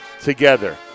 together